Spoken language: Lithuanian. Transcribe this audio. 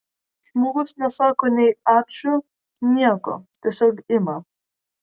žmogus nesako nei ačiū nieko tiesiog ima